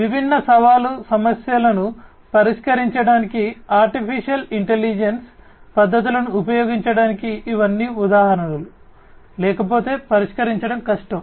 విభిన్న సవాలు సమస్యలను పరిష్కరించడానికి AI పద్ధతులను ఉపయోగించటానికి ఇవన్నీ ఉదాహరణలు లేకపోతే పరిష్కరించడం కష్టం